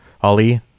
Ali